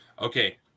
Okay